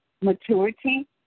maturity